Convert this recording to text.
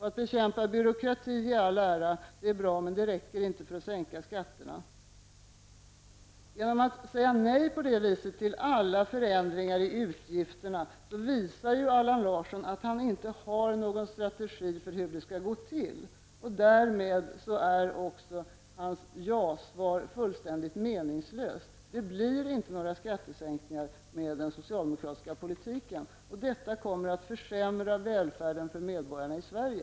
Att bekämpa byråkrati i all ära, det är bra, men det räcker inte för att sänka skatterna. Genom att på detta sätt säga nej till alla förändringar av utgifterna visar Allan Larsson att han inte har någon strategi för hur det skall gå till. Därmed är hans ja-svar också fullständigt meningslöst. Det blir inte några skattesänkningar med den socialdemokratiska politiken. Detta kommer tyvärr att försämra välfärden för medborgarna i Sverige.